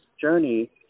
journey